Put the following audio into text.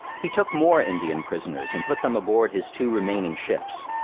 he took more indian prisoners and put them aboard his two remaining ships.